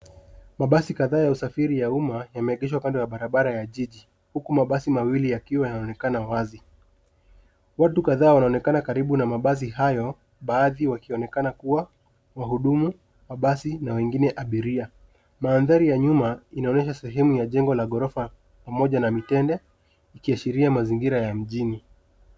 Mabasi kadhaa ya usafiri ya umma yameegeshwa upande wa barabara ya jiji, huku mabasi mawili yakiwa yanaonekana wazi. Watu kadhaa wanaonekana karibu na mabasi hayo, baadhi wakionekana kuwa wahudumu wa basi na wengine abiria. Mandhari ya nyuma inaonesha sehemu ya jengo la ghorofa pamoja na mitende ikishiria mazingira ya mjini.